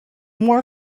more